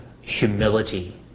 humility